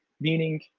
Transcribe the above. Meaning